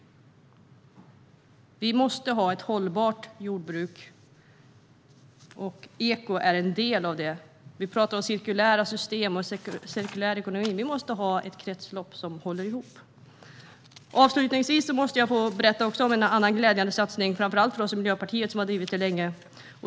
Vi måste ha ett hållbart jordbruk. Det ekologiska jordbruket är en del av det. Vi pratar om cirkulära system och cirkulär ekonomi. Vi måste ha ett kretslopp som håller ihop. Avslutningsvis måste jag få berätta om en annan satsning som är glädjande, framför allt för oss i Miljöpartiet, som har drivit detta länge.